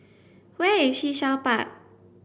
where is Sea Shell Park